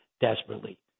desperately